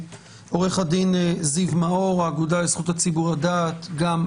עורך הדין זיו מאור מהאגודה לזכות הציבור לעדת בבקשה,